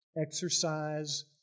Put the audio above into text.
exercise